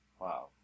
Wow